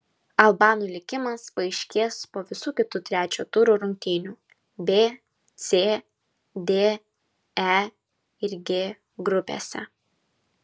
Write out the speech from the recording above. albanų likimas paaiškės po visų kitų trečio turo rungtynių b c d e ir g grupėse